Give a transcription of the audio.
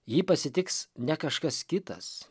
jį pasitiks ne kažkas kitas